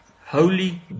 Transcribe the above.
holy